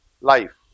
life